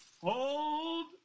Hold